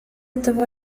этого